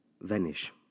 vanish